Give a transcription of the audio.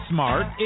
Smart